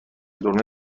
دلمه